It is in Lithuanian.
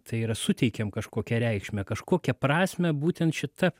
tai yra suteikiam kažkokią reikšmę kažkokią prasmę būtent šita